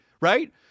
right